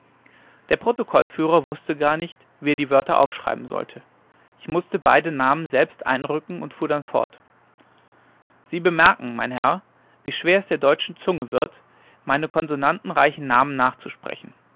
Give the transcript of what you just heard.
der protokollführer wußte gar nicht wie er die wörter aufschreiben sollte ich mußte beide namen selbst einrücken und fuhr dann fort sie bemerken mein herr wie schwer es der deutschen zunge wird meine konsonantenreichen namen nachzusprechen